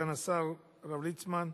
סגן השר הרב ליצמן,